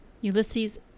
Ulysses